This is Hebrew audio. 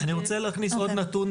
אני רוצה להכניס עוד נתון,